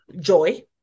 joy